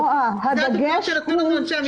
אלה דוגמאות שהציגו לנו אנשי המקצוע.